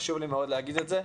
חשוב לי מאוד להגיד את זה,